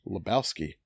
Lebowski